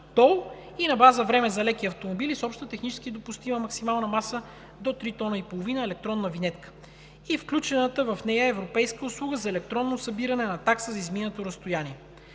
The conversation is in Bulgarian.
тол и на база време за леки автомобили с обща технически допустима максимална маса до три тона и половина – електронна винетка и включената в нея европейска услуга за електронно събиране на такси за изминато разстояние,